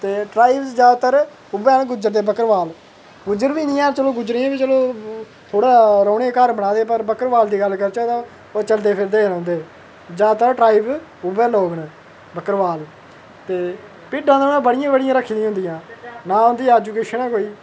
ते ट्राईव जादातर उ'ऐ न गुज्जर ते बक्करवाल गृुज्जर बी निं हैन चलो गुज्जरें बी चलो थोह्ड़ा रौंह्ने पर बक्करवाल दी गल्ल करचै तां ओह् चलदे फिरदे गै रौंह्दे जादातर ट्राईव उ'ऐ लोक न बक्करवाल ते भिड्डां ते उनें बड़ियां बड़ियां रखियां औंदियां नां उंदी ऐजूकेशन ऐ कोई